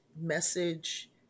message